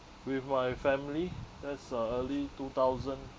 with my family that's uh early two thousand